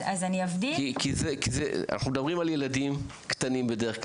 אנחנו מדברים על ילדים, קטנים בדרך כלל.